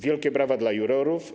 Wielkie brawa dla jurorów.